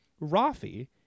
Rafi